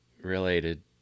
related